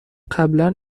قبلا